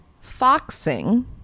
Foxing